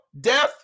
death